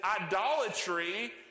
idolatry